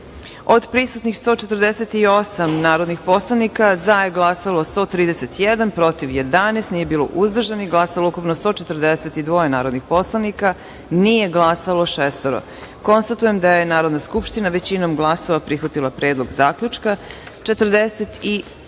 148 prisutnih narodnih poslanika, za – 132, protiv – 12, nije bilo uzdržanih, glasalo je ukupno 144 narodna poslanika, nije glasalo četvoro. Konstatujem da je Narodna skupština većinom glasova prihvatila Predlog zaključka. Tačka